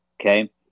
Okay